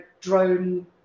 drone